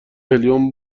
هلیوم